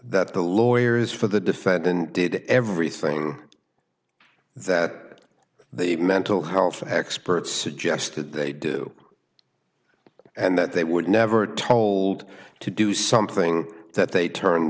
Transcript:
that the lawyers for the defendant did everything that they mental health experts suggested they do and that they were never told to do something that they turn